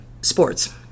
sports